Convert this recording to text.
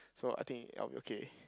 so I think I'll be okay